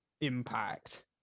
impact